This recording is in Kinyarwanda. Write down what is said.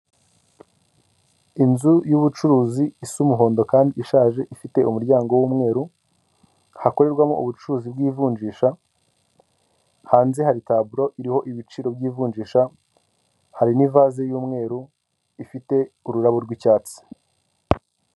Inzu y'ubucuruzi isa umuhondo kandi ishaje ifite umuryango w'umweru hakorerwamo ubucuruzi bw'ivunjisha, hanze hari taburo iriho ibiciro by'ivunjisha, hari n'ivase y'umweru ifite ururabo rw'icyatsi.